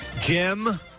Jim